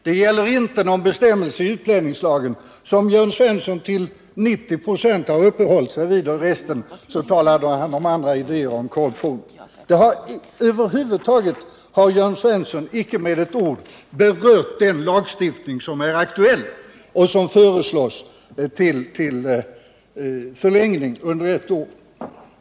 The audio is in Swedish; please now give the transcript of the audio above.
Det gäller inte någon bestämmelse i utlänningslagen, som Jörn Svensson till 90 96 har uppehållit sig vid — i resten av anförandet talade han om sina idéer om korruption. Jörn Svensson har knappast med ett ord berört den lag — spaningslagen — som är aktuell och som föreslås få förlängd giltighet under ett år till.